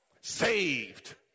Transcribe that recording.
Saved